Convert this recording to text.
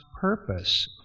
purpose